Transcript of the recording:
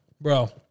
Bro